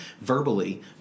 verbally